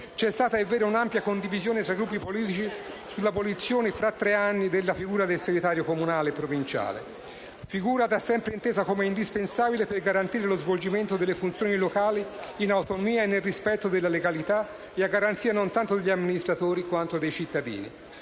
C'è stata, è vero, un'ampia condivisione tra i Gruppi politici sull'abolizione, tra tre anni, della figura del segretario comunale e provinciale, figura da sempre intesa come indispensabile per garantire lo svolgimento delle funzioni locali in autonomia e nel rispetto della legalità e a garanzia non tanto degli amministratori, quanto dei cittadini.